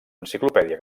enciclopèdia